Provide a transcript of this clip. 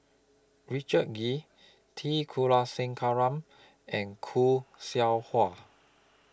Richard Kee T Kulasekaram and Khoo Seow Hwa